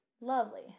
Lovely